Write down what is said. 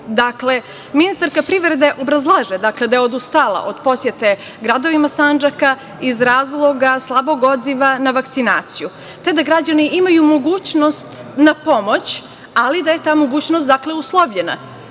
dira. Ministarka privrede obrazlaže da je odustala od posete gradovima Sandžaka iz razloga slabog odziva na vakcinaciju, te da građani imaju mogućnost na pomoć, ali da je ta mogućnost uslovljena.